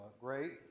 great